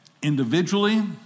Individually